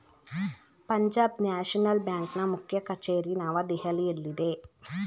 Punjab national ಬ್ಯಾಂಕ್ನ ಮುಖ್ಯ ಕಚೇರಿ ನವದೆಹಲಿಯಲ್ಲಿದೆ